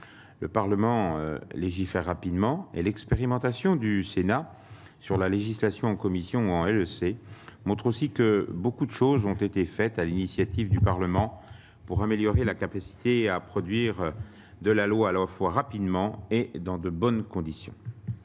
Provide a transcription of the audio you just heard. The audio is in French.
le Parlement légifère rapidement et l'expérimentation du Sénat sur la législation en commission en elle le sait, montre aussi que beaucoup de choses ont été faites à l'initiative du Parlement pour améliorer la capacité à produire de la loi allant fois rapidement et dans de bonnes conditions,